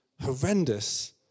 horrendous